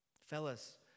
Fellas